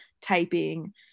typing